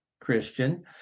Christian